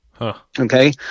okay